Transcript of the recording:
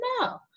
no